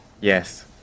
Yes